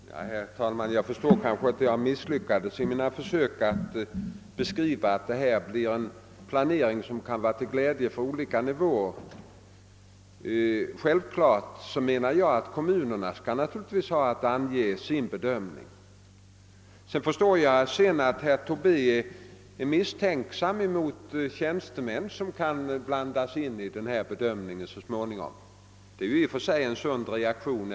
Herr talman! Jag förstår att jag misslyckades i mina försök att påvisa att denna planering kan bli till glädje på olika nivåer. Naturligtvis skall kommunerna få möjlighet att ange hur de bedömer frågorna. Herr Tobé är misstänksam mot de tjänstemän som så småningom kan blanda sig i denna bedömning. Det är i och för sig en sund reaktion.